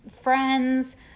friends